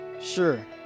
Sure